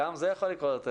גם זה יכול לקרות,